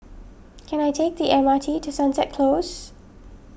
can I take the M R T to Sunset Close